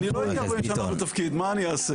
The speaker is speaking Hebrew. אני לא הייתי 40 שנה בתפקיד, מה אני אעשה?